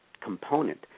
component